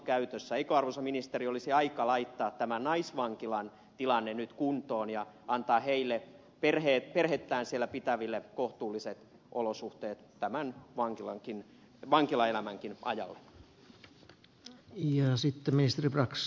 eikö arvoisa ministeri olisi aika laittaa tämä naisvankilan tilanne nyt kuntoon ja antaa perhettään siellä pitäville kohtuulliset olosuhteet tämän vankilaelämänkin ajalle